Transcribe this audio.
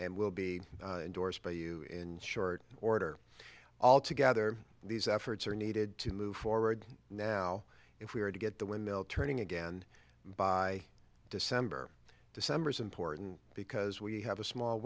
and will be endorsed by you in short order all together these efforts are needed to move forward now if we are to get the windmill turning again by december decembers important because we have a small